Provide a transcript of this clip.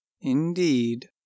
Indeed